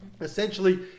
Essentially